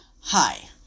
Hi